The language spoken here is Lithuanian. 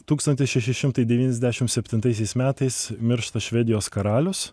tūkstantis šeši šimtai devyniasdešimt septintais metais miršta švedijos karalius